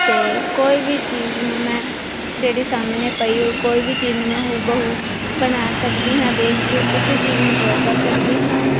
ਅਤੇ ਕੋਈ ਵੀ ਚੀਜ਼ ਨੂੰ ਮੈਂ ਜਿਹੜੀ ਸਾਹਮਣੇ ਪਈ ਹੋਏ ਕੋਈ ਵੀ ਚੀਜ਼ ਨੂੰ ਮੈਂ ਹੂਬਹੂ ਬਣਾ ਸਕਦੀ ਹਾਂ ਦੇਖ ਕੇ ਉਸ ਚੀਜ਼ ਨੂੰ ਡਰਾਅ ਕਰ ਸਕਦੀ ਹਾਂ